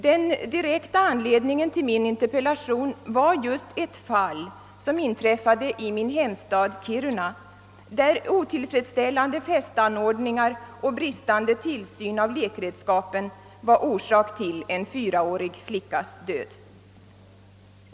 Den direkta anledningen till min interpellation var ett fall, som inträffade i min hemstad Kiruna, där otillfredsställande fästanordningar och bristande tillsyn av lekredskapen var orsak till en fyraårig flickas död.